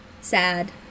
Sad